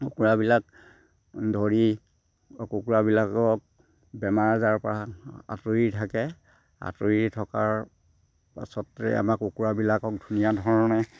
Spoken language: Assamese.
কুকুৰাবিলাক ধৰি কুকুৰাবিলাকক বেমাৰ আজাৰৰ পৰা আঁতৰি থাকে আঁতৰি থকাৰ পাছতে আমাৰ কুকুৰাবিলাকক ধুনীয়া ধৰণে